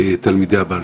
תלמידי החת"ם סופר,